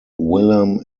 willem